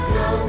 no